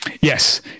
Yes